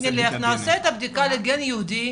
נעשה את הבדיקה לגן יהודי,